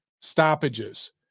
stoppages